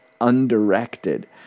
undirected